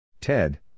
Ted